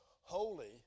holy